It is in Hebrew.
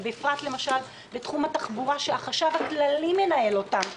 ובפרט בתחום התחבורה שהחשב הכללי מנהל אותם,